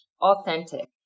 authentic